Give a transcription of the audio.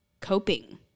coping